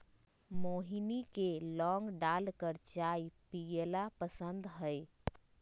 मोहिनी के लौंग डालकर चाय पीयला पसंद हई